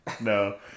No